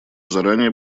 заранее